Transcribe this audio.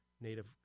native